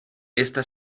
esta